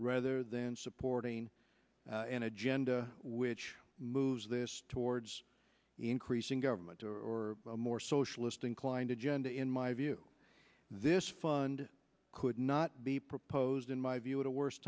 rather than supporting an agenda which moves this towards increasing government or more socialist inclined agenda in my view this fund could not be proposed in my view at a wors